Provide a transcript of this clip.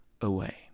away